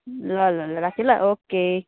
ल ल राखेँ ल ओके